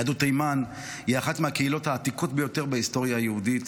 יהדות תימן היא אחת מהקהילות העתיקות ביותר בהיסטוריה היהודית.